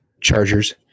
Chargers